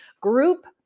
group